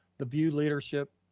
the vue leadership,